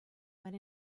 went